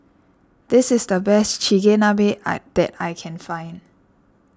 this is the best Chigenabe that I can find